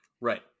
Right